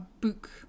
book